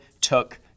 took